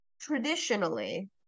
traditionally